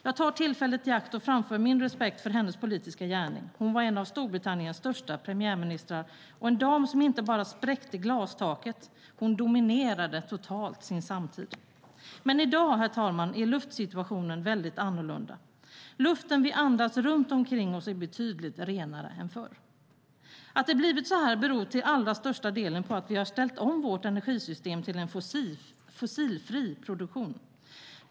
Jag tar tillfället i akt och framför min respekt för hennes politiska gärning. Hon var en av Storbritanniens största premiärministrar och en dam som inte bara spräckte glastaket - hon dominerade totalt sin samtid. Men i dag, herr talman, är luftsituationen väldigt annorlunda. Luften vi andas runt omkring oss är betydligt renare än förr. Att det blivit så här beror till allra största delen på att vi har ställt om vårt energisystem till en fossilfri produktion.